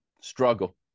struggle